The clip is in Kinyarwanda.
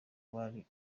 bari